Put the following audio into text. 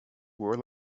were